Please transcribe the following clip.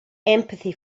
empathy